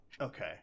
Okay